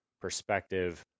perspective